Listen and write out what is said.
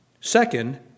Second